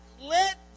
let